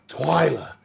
Twyla